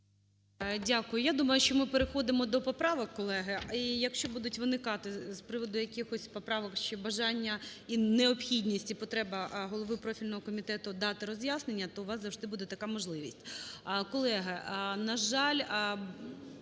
Дякую. Я думаю, що ми переходимо до поправок, колеги. І якщо будуть виникати з приводу якихось поправок ще бажання і необхідність, і потреба голови профільного комітету дати роз'яснення, то у вас завжди буде така можливість.